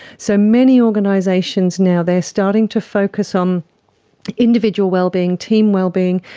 so, many organisations now, they are starting to focus on individual well-being, team well-being,